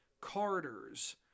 Carters